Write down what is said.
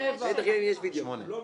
נגד שמונה.